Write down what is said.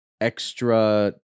extra